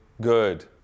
good